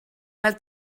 per